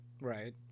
Right